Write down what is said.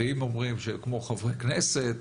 ואם אומרים שהם כמו חברי כנסת,